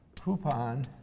coupon